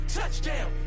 Touchdown